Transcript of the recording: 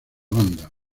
banda